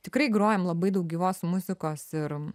tikrai grojam labai daug gyvos muzikos ir